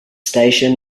station